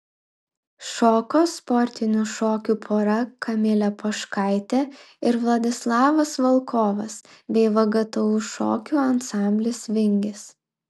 šoko sportinių šokių pora kamilė poškaitė ir vladislavas volkovas bei vgtu šokių ansamblis vingis